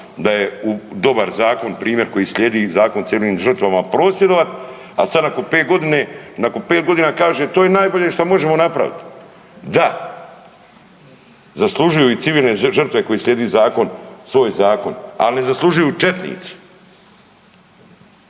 da je dobar zakon primjer koji slijedi Zakon o civilnim žrtvama, prosvjedovat, a sad nakon 5 godina kaže to je najbolje što možemo napravit. Da, zaslužuju i civilne žrtve koji slijedi zakon, svoj zakon, ali ne zaslužuju četnici.